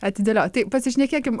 atidėliot tai pasišnekėkim